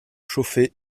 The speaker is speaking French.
chauffé